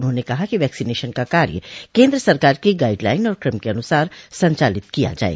उन्होंने कहा कि वैक्सीनेशन का कार्य केन्द्र सरकार की गाइडलाइन और कम के अनुसार संचालित किया जाये